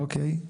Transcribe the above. אוקיי.